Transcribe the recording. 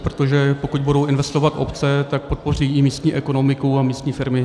Protože pokud budou investovat obce, tak podpoří i místní ekonomiku a místní firmy.